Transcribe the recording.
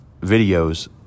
videos